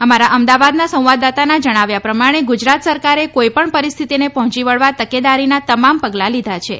અમારા અમદાવાદના સંવાદદાતાના જણાવ્યા પ્રમાણે ગુજરાત સરકારે કોઇપણ પરિસ્થિતિને પહોંચી વળવા તકેકાદીરના તમામ પગલાં લીધાં ચે